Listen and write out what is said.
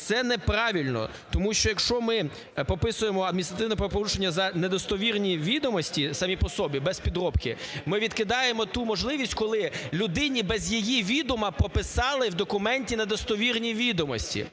Це неправильно, тому що, якщо ми прописуємо адміністративне правопорушення за недостовірні відомості самі по собі, без підробки, ми відкидаємо ту можливість, коли людині без її відома прописали в документі недостовірні відомості.